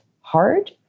hard